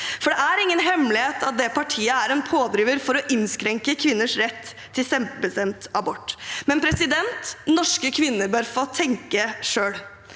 Det er ingen hemmelighet at det partiet er en pådriver for å innskrenke kvinners rett til selvbestemt abort. Men norske kvinner bør få tenke selv.